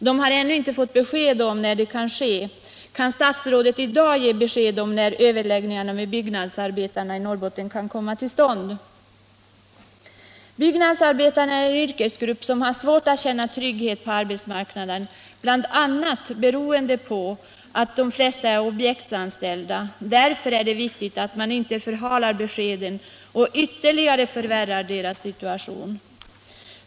De har ännu inte fått veta när detta kan ske. Kan statsrådet i "dag ge besked om när överläggningarna med byggnadsarbetarna i Norrbotten kan komma till stånd? Byggnadsarbetarna är en yrkesgrupp som har svårt att känna trygghet på arbetsmarknaden, bl.a. beroende på att de flesta är objektsanställda. Därför är det viktigt att man inte förhalar beskeden och ytterligare förvärrar arbetarnas situation.